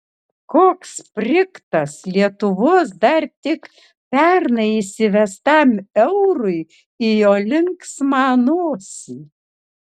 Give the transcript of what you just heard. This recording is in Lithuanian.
koks sprigtas lietuvos dar tik pernai įsivestam eurui į jo linksmą nosį